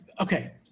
okay